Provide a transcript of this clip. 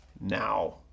now